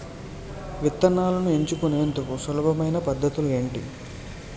విత్తనాలను ఎంచుకునేందుకు సులభమైన పద్ధతులు ఏంటి?